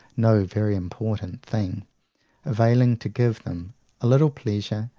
no very important thing availing to give them a little pleasure,